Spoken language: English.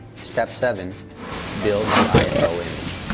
step seven build the iso image